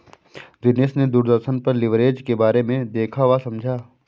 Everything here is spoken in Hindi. दिनेश ने दूरदर्शन पर लिवरेज के बारे में देखा वह समझा